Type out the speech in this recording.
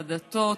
הדתות,